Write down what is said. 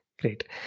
Great